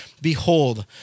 Behold